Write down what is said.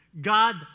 God